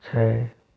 छः